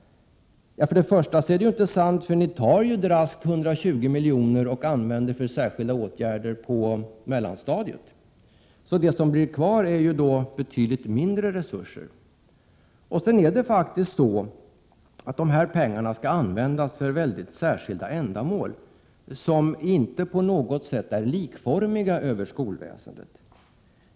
Först och främst är det inte sant, för ni tar ju raskt 120 milj.kr. och använder det för särskilda åtgärder på mellanstadiet. Det som blir kvar är betydligt mindre resurser. Dessutom skall dessa pengar användas för mycket särskilda ändamål som inte på något sätt är likformiga inom skolväsendet.